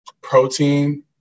protein